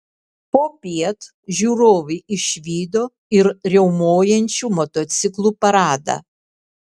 popiet žiūrovai išvydo ir riaumojančių motociklų paradą